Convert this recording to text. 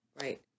Right